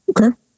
Okay